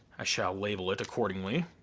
i shall label it accordingly.